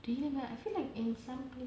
இல்ல இல்ல:illa illa I feel like in some pla~